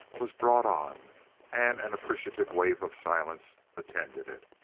was brought on, and an appreciative wave of silence attended it.